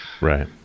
Right